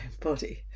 body